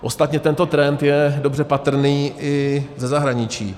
Ostatně tento trend je dobře patrný i ze zahraničí.